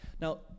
Now